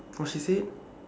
what she said